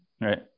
right